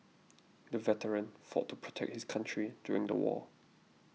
the veteran fought to protect his country during the war